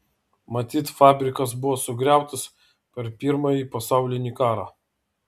matyt fabrikas buvo sugriautas per pirmąjį pasaulinį karą